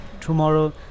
Tomorrow